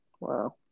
Wow